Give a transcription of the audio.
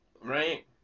right